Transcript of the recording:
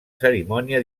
cerimònia